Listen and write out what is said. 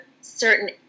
certain